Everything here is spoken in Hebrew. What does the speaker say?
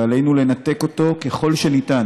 ועלינו לנתק אותו ככל שניתן